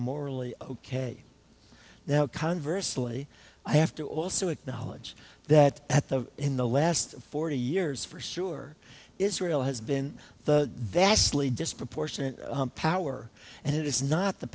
morally ok now conversely i have to also acknowledge that at the in the last forty years for sure israel has been the they actually disproportionate power and it is not the